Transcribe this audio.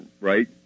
right